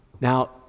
Now